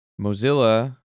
Mozilla